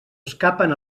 escapen